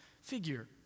figure